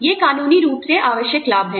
ये कानूनी रूप से आवश्यक लाभ हैं